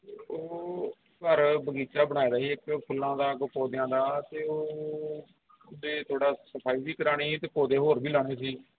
ਉਹ ਘਰ ਬਗੀਚਾ ਬਣਾਇਆ ਵਾ ਜੀ ਇੱਕ ਫੁੱਲਾਂ ਦਾ ਕੋਈ ਪੌਦਿਆਂ ਦਾ ਅਤੇ ਉਹ ਤਾਂ ਥੋੜ੍ਹਾ ਸਫਾਈ ਵੀ ਕਰਵਾਉਣੀ ਅਤੇ ਪੌਦੇ ਹੋਰ ਵੀ ਲਾਉਣੇ ਸੀ